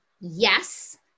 yes